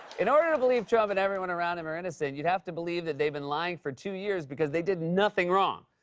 in order to believe trump and everyone around him are innocent, you'd have to believe that they've been lying for two years, because they did nothing wrong.